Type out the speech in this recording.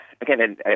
again